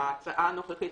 ההצעה הנוכחית